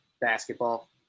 basketball